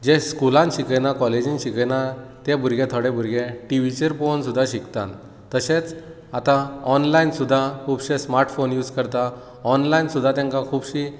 जे स्कुलांत शिकयनात कॉलेजींत शिकयनात ते भुरगे थोडे भुरगे टीव्हीचेर पळोवन सुद्दां शिकतात तशेंच आतां ऑनलायन सुद्दां खुबशे स्मार्टफोन यूस करतात ऑनलायन सुद्दां तांकां खुबशीं